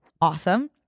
awesome